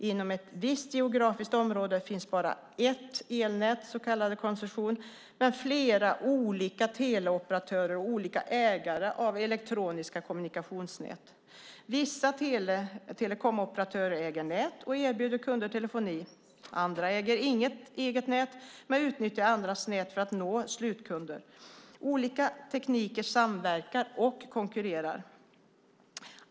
Inom ett visst geografiskt område finns bara ett elnät, så kallad koncession, men flera olika teleoperatörer och olika ägare av elektroniska kommunikationsnät. Vissa telekomoperatörer äger nät och erbjuder kunder telefoni, andra äger inget eget nät men utnyttjar andras nät för att nå slutkunder. Olika tekniker samverkar och konkurrerar.